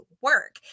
work